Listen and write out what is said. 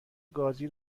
گازی